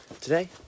today